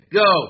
go